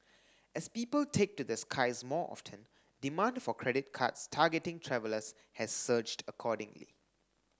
as people take to the skies more often demand for credit cards targeting travellers has surged accordingly